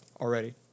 already